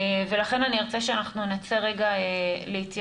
לכן אני ארצה שאנחנו נצא רגע להתייחס,